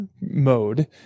mode